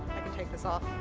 take this off.